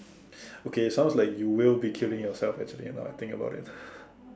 okay sounds like you will be killing yourself actually ah now I think about it